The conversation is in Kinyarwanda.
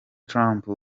trump